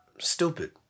Stupid